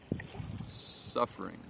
suffering